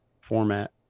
format